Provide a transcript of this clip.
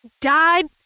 died